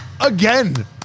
Again